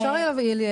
נכון?